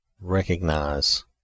recognize